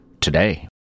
Today